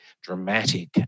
dramatic